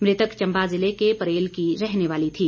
मृतक चंबा ज़िले के परेल की रहने वाली थी